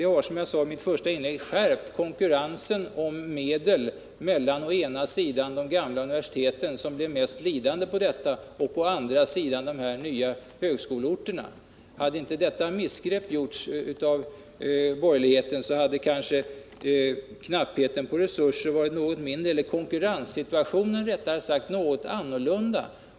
Det har, som jag sade i mitt första inlägg, skärpt konkurrensen om medel mellan å ena sidan de gamla universiteten, som blivit mest lidande på detta, och å andra sidan de nya högskoleorterna. Hade inte detta missgrepp gjorts av borgerligheten, skulle kanske konkurrenssituationen ha varit annorlunda.